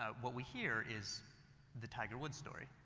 ah what we hear is the tiger woods story,